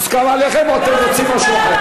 מוסכם עליכם או שאתם רוצים משהו אחר?